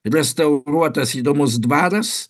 restauruotas įdomus dvaras